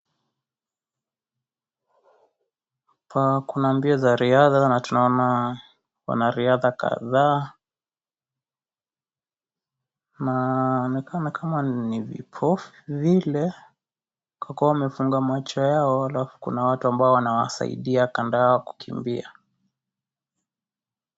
Hapa kuna mbio za riadha na tunaona wanariadha kadhaa, na inaonekana kama ni vipofu vile kwa kua wamefunga macho yao alafu kuna watu wanaowasaidia kando yao kukimbia.